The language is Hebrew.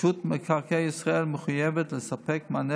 רשות מקרקעי ישראל מחויבת לספק מענה